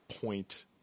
point